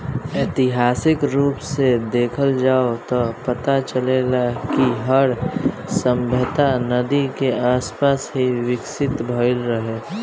ऐतिहासिक रूप से देखल जाव त पता चलेला कि हर सभ्यता नदी के आसपास ही विकसित भईल रहे